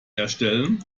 erstellen